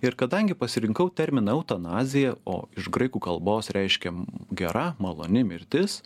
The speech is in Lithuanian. ir kadangi pasirinkau terminą eutanazija o iš graikų kalbos reiškia gera maloni mirtis